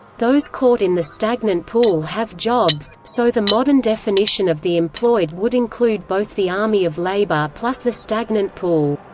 those caught in the stagnant pool have jobs, so the modern definition of the employed would include both the army of labor plus the stagnant pool.